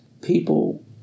people